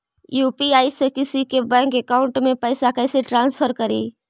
UPI से किसी के बैंक अकाउंट में पैसा कैसे ट्रांसफर करी?